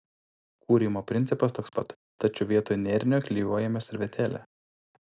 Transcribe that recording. kūrimo principas toks pat tačiau vietoj nėrinio klijuojame servetėlę